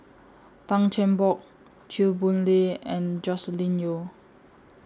Tan Cheng Bock Chew Boon Lay and Joscelin Yeo